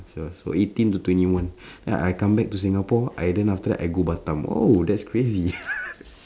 ya so eighteen to twenty one then I come back to singapore I then after that I go batam !wow! that's crazy